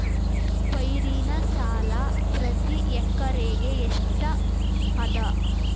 ಪೈರಿನ ಸಾಲಾ ಪ್ರತಿ ಎಕರೆಗೆ ಎಷ್ಟ ಅದ?